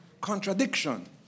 contradiction